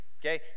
Okay